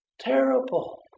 terrible